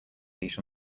leash